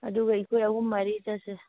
ꯑꯗꯨꯒ ꯑꯩꯈꯣꯏ ꯑꯍꯨꯝ ꯃꯔꯤ ꯆꯠꯁꯦ